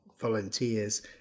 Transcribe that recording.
volunteers